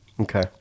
Okay